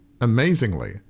amazingly